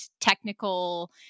technical